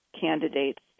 candidates